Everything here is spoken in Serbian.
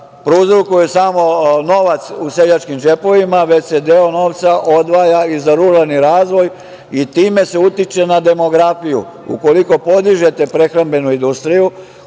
prouzrokuje samo novac u seljačkim džepovima, već se deo novca odvaja i za ruralni razvoj, i time se utiče na demografiju. Ukoliko podižete prehrambenu industriju,